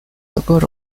各种